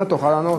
אתה תוכל לענות.